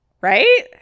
right